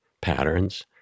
patterns